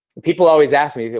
people always ask me.